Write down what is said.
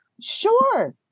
sure